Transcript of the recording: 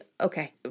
okay